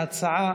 ההצעה